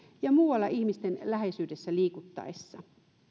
ja muualla ihmisten läheisyydessä liikuttaessa